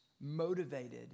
motivated